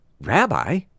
Rabbi